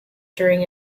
during